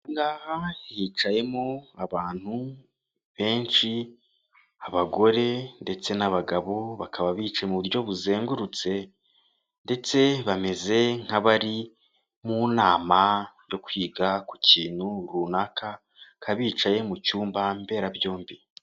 Ahangaha hicayemo abantu benshi abagore ndetse n'abagabo bakaba bicaye mu buryo buzengurutse, ndetse bameze nk'abari mu nama yo kwiga ku kintu runaka bicaye mu cyumba mberabyombi.